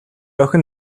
охин